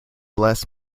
bless